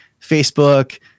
Facebook